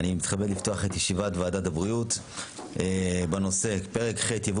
אני מתכבד לפתוח את ישיבת ועדת הבריאות בנושא פרק ח' (יבוא